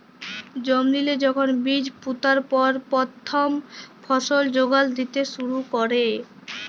জমিল্লে যখল বীজ পুঁতার পর পথ্থম ফসল যোগাল দ্যিতে শুরু ক্যরে